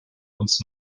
uns